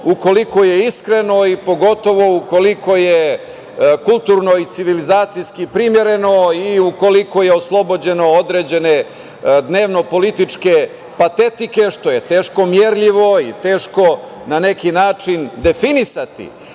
ukoliko je iskreno i pogotovo ukoliko je kulturno i civilizacijski primereno i ukoliko je oslobođeno određene dnevno-političke patetike, što je teško merljivo i teško na neki način definisati,